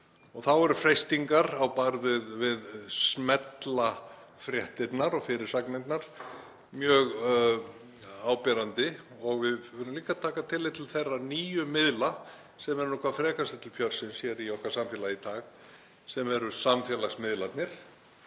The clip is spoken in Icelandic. Þá eru freistingar á borð við smellafréttirnar og fyrirsagnirnar mjög áberandi. Við verðum líka að taka tillit til þeirra nýju miðla sem eru hvað frekastir til fjörsins hér í okkar samfélagi í dag sem eru samfélagsmiðlarnir,